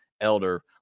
elder